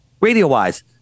radio-wise